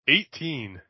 Eighteen